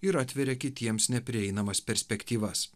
ir atveria kitiems neprieinamas perspektyvas